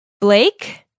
Blake